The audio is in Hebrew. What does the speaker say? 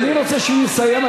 אני רוצה שהוא יסיים.